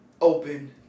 open